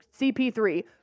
CP3